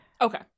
Okay